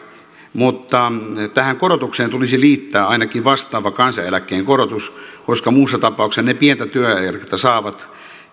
mutta tähän korotukseen tulisi liittää ainakin vastaava kansaneläkkeen korotus koska muussa tapauksessa ne pientä työeläkettä saavat